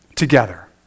together